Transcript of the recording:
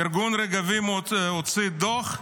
ארגון רגבים הוציא דוח.